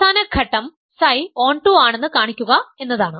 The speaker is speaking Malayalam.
അവസാന ഘട്ടം Ψ ഓൺടു ആണെന്ന് കാണിക്കുക എന്നതാണ്